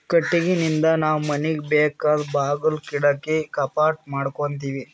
ಕಟ್ಟಿಗಿನಿಂದ್ ನಾವ್ ಮನಿಗ್ ಬೇಕಾದ್ ಬಾಗುಲ್ ಕಿಡಕಿ ಕಪಾಟ್ ಮಾಡಕೋತೀವಿ